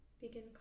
begin